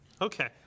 okay